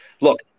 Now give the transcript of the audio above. look